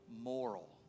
moral